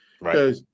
right